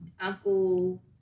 Uncle